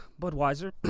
Budweiser